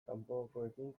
kanpokoekin